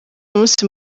umunsi